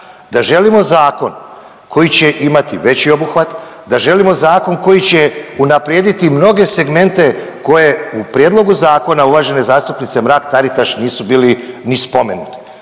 da želimo zakon koji će imati veći obuhvat, da želimo zakon koji će unaprijediti mnoge segmente koje u prijedlogu zakona uvažene zastupnice Mrak-Taritaš nisu bili ni spomenuti.